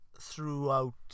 throughout